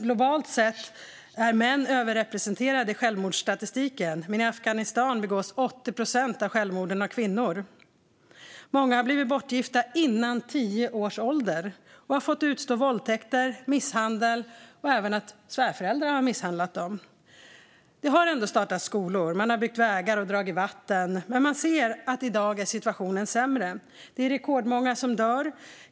Globalt sett är män överrepresenterade i självmordsstatistiken, men i Afghanistan begås 80 procent av självmorden av kvinnor. Många har blivit bortgifta före tio års ålder och har fått utstå våldtäkter och misshandel och att även svärföräldrar har misshandlat dem. Det har ändå startats skolor, man har byggt vägar och dragit vatten, men det man ser i dag är att situationen är sämre. Det är rekordmånga som dör.